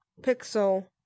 Pixel